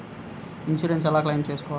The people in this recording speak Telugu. ఇన్సూరెన్స్ ఎలా క్లెయిమ్ చేయాలి?